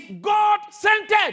God-centered